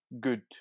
good